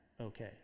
Okay